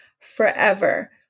forever